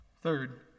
Third